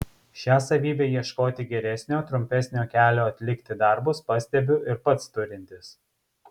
šią savybę ieškoti geresnio trumpesnio kelio atlikti darbus pastebiu ir pats turintis